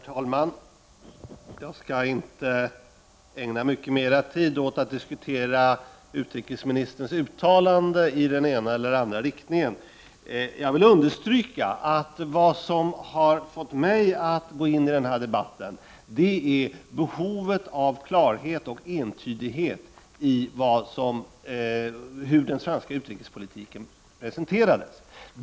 Herr talman! Jag skall inte ägna mycket mer tid åt att diskutera utrikesministerns uttalanden i den ena eller andra riktningen. Jag vill understryka att vad som har fått mig att gå in i den här debatten är behovet av klarhet och entydighet i fråga om hur den svenska utrikespolitiken presenterades.